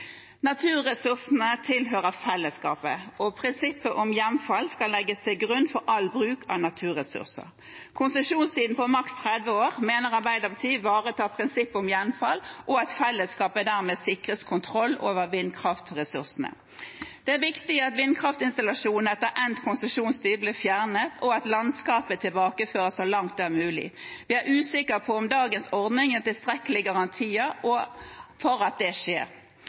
Naturressursene tilhører fellesskapet, og prinsippet om hjemfall skal legges til grunn for all bruk av naturressurser. Konsesjonstid på maks 30 år mener Arbeiderpartiet ivaretar prinsippet om hjemfall, og at fellesskapet dermed sikres kontroll over vindkraftressursene. Det er viktig at vindkraftinstallasjoner etter endt konsesjonstid blir fjernet, og at landskapet tilbakeføres så langt det er mulig. Vi er usikker på om dagens ordning gir tilstrekkelige garantier for at det skjer.